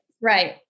Right